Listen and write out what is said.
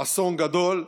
אסון גדול.